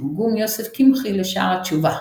ותרגום יוסף קמחי ל"שער התשובה",